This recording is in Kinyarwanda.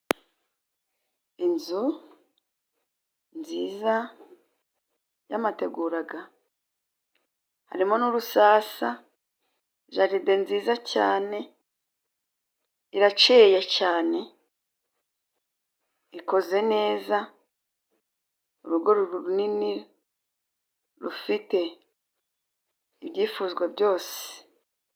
Inzu nziza y'amateguraga, harimo n'urusasa, jaride nziza cyane, iraciriye cyane, ikoze neza, urugo runini rufite ibyifuzwa byose.